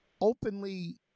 openly